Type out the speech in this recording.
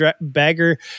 bagger